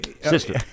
sister